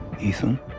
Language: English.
Ethan